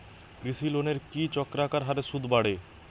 কৃষি লোনের কি চক্রাকার হারে সুদ বাড়ে?